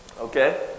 Okay